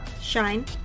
shine